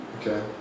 Okay